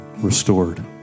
restored